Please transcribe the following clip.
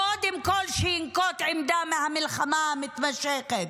קודם כול שינקוט עמדה על המלחמה המתמשכת,